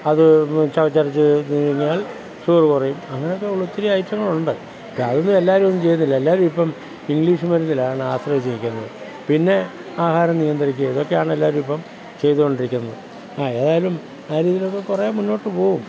അതു ചവച്ചരച്ചു തിന്നാൽ ഷുഗർ കുറയും അങ്ങനെയൊക്കെയുള്ള ഒത്തിരി ഐറ്റങ്ങളുണ്ട് അതൊന്നും എല്ലാവരുമൊന്നും ചെയ്യത്തില്ല എല്ലാവരുമിപ്പം ഇംഗ്ലീഷ് മരുന്നിലാണ് ആശ്രയിച്ചിരിക്കുന്നത് പിന്നെ ആഹാരം നിയന്ത്രിക്കുക ഇതൊക്കെയാണ് എല്ലാവരുമിപ്പം ചെയ്തു കൊണ്ടിരിക്കുന്നത് ആ ഏതായാലും ആ രീതിയിലൊക്കെ കുറേ മുന്നോട്ടു പോകും